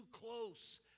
close